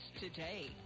today